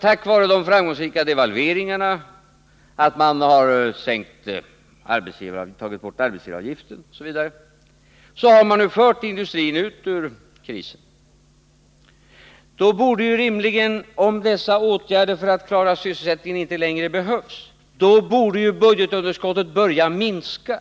Tack vare de framgångsrika devalveringarna, tack vare att man tagit bort arbetsgivaravgifter, osv., har man nu fört industrin ut ur krisen. Men då måste Eric Enlund förklara en sak för mig. Om dessa åtgärder för att klara sysselsättningen nu inte längre behövs borde budgetunderskottet rimligen börja minska.